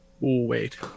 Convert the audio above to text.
wait